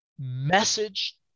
message